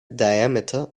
diameter